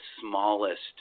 smallest